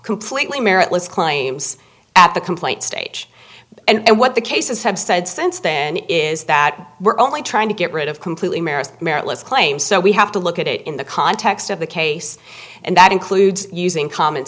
completely meritless claims at the complaint stage and what the cases have said since then is that we're only trying to get rid of completely merest meritless claims so we have to look at it in the context of the case and that includes using common